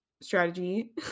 strategy